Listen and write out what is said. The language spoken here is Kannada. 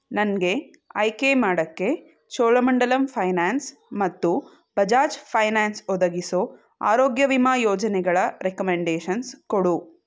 ನನಗೆ ಆಯ್ಕೆ ಮಾಡೋಕ್ಕೆ ಚೋಳಮಂಡಲಂ ಫೈನಾನ್ಸ್ ಮತ್ತು ಬಜಾಜ್ ಫೈನಾನ್ಸ್ ಒದಗಿಸೋ ಆರೋಗ್ಯ ವಿಮಾ ಯೋಜನೆಗಳ ರೆಕಮೆಂಡೇಷನ್ಸ್ ಕೊಡು